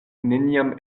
neniam